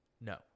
no